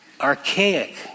archaic